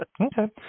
Okay